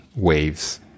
Waves